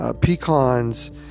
pecans